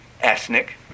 ethnic